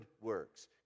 works